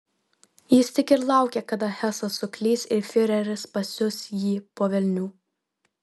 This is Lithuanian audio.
jis tik ir laukė kada hesas suklys ir fiureris pasiųs jį po velnių